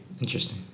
Interesting